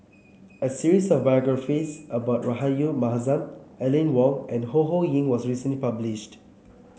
a series of biographies about Rahayu Mahzam Aline Wong and Ho Ho Ying was recently published